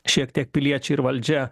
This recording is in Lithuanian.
šiek tiek piliečiai ir valdžia